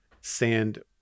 sand